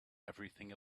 everything